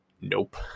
nope